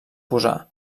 posà